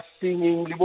singing